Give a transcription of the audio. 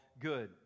good